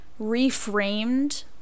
reframed